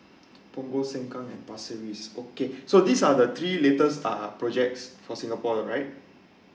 punngol sengkang and pasir ris okay so these are the three latest are projects for singapore right